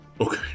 okay